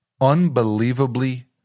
unbelievably